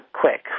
quick